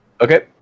Okay